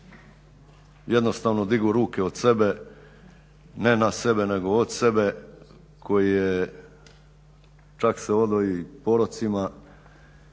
jednostavno digao ruke od sebe, ne na sebe nego od sebe, koji je čak se odao i porocima